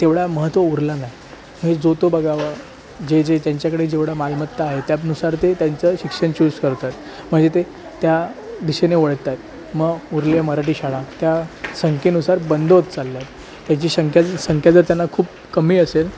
तेवढं महत्त्व उरलं नाही हे जो तो बघावं जे जे त्यांच्याकडे जेवढा मालमत्ता आहे त्यातनुसार ते त्यांचं शिक्षण चूज करतात म्हणजे ते त्या दिशेने वळत आहेत मग उरले मराठी शाळा त्या संख्येनुसार बंद होत चालल्या आहेत त्याची संख्या संख्या जर त्यांना खूप कमी असेल